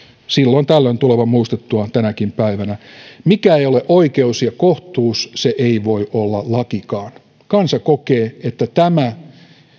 silloin tällöin tulevan muistettua tänäkin päivänä mikä ei ole oikeus ja kohtuus se ei voi olla lakikaan kansa kokee että tämä